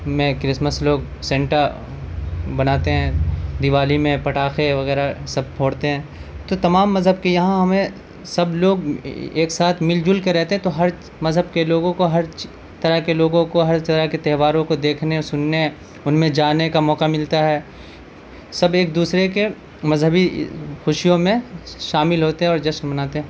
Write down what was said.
میں کرسمس لوگ سنٹا بناتے ہیں دیوالی میں پٹاخے وغیرہ سب پھوڑتے ہیں تو تمام مذہب کے یہاں ہمیں سب لوگ ایک ساتھ مل جل کر رہتے ہیں تو ہر مذہب کے لوگوں کو ہر طرح کے لوگوں کو ہر طرح کے تہواروں کو دیکھنے اور سننے ان میں جانے کا موقع ملتا ہے سب ایک دوسرے کے مذہبی خوشیوں میں شامل ہوتے ہیں اور جشن مناتے ہیں